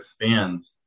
expands